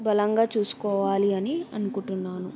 బలంగా చూసుకోవాలి అని అనుకుంటున్నాను